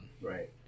Right